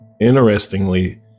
Interestingly